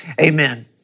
Amen